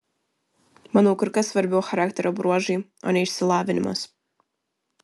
manau kur kas svarbiau charakterio bruožai o ne išsilavinimas